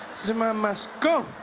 zuma must go!